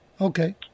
Okay